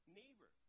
neighbor